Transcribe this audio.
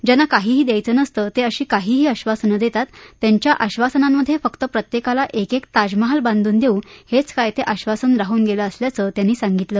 ज्यांना काहीही द्यायचं नसतं ते अशी काहीही आश्वासनं देतात त्यांच्या आश्वासनांमध्ये फक्त प्रत्येकाला एक एक ताजमहाल बांधून देवू हेच काय ते आश्वासन राहून गेलं असं त्यांनी सांगितलं